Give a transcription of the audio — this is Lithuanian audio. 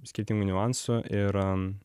skirtingų niuansų ir